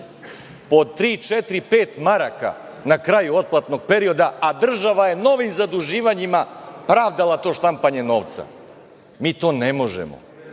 četiri, pet maraka na kraju otplatnog perioda, a država je novim zaduživanjima pravdala to štampanje novca. Mi to ne možemo.